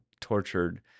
tortured